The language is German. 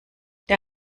der